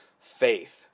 Faith